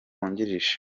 wungirije